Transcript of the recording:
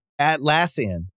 Atlassian